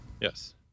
Yes